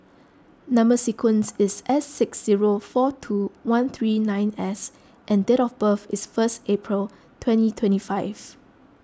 Number Sequence is S six zero four two one three nine S and date of birth is first April twenty twenty five